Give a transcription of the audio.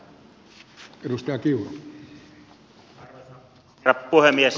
arvoisa herra puhemies